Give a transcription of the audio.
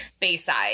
Bayside